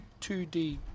2d